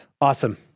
awesome